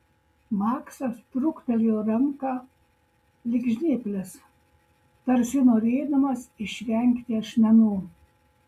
maksas trūktelėjo ranką lyg žnyples tarsi norėdamas išvengti ašmenų